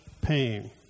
pain